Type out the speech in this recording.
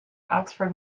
oxford